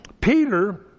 Peter